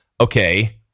okay